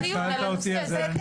שאלת אותי ואני אענה.